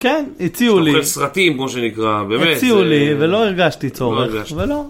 כן, הציעו לי, הציעו לי ולא הרגשתי צורך ולא.